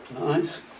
Nice